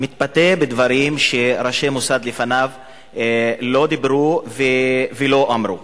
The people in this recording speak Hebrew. מתבטא בדברים שראשי מוסד לפניו לא דיברו ולא אמרו.